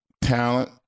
talent